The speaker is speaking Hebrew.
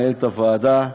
מנהלת הוועדה,